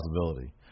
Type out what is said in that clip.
possibility